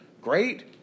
great